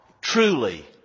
Truly